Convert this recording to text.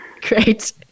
Great